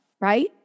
right